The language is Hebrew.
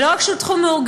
ולא רק שהוא תחום מאורגן,